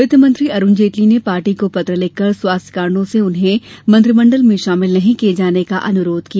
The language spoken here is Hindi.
वित्तमंत्री अरूण जेटली ने पार्टी को पत्र लिखकर स्वास्थ्य कारणों से उन्हें मंत्रिमंडल में शामिल नहीं किये जाने का अनुरोध किया